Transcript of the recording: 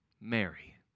Mary